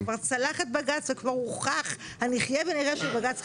כבר צלח את בג"צ וכבר הוכח ה"נחיה ונראה" של בג"צ.